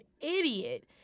idiot